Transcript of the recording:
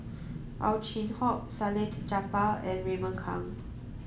Ow Chin Hock Salleh Japar and Raymond Kang